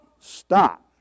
stop